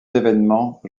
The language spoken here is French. événements